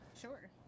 Sure